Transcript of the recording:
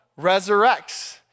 resurrects